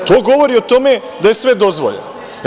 To govori o tome da je sve dozvoljeno.